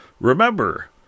Remember